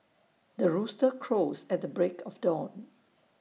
the rooster crows at the break of dawn